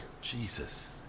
Jesus